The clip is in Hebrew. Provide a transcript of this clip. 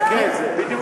כן, תסתכל על זה.